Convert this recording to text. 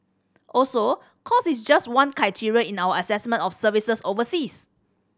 also cost is just one criteria in our assessment of services overseas